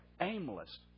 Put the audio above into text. aimless